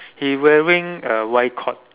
he wearing a Y cord